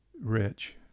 Rich